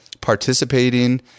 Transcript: participating